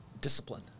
discipline